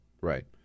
Right